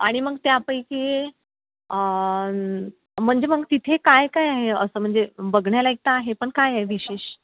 आणि मग त्यापैकी म्हणजे मग तिथे काय काय आहे असं म्हणजे बघण्यालायक तर आहे पण काय आहे विशेष